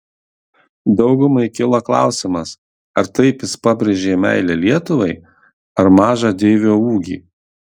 daugumai kilo klausimas ar taip jis pabrėžė meilę lietuvai ar mažą deivio ūgį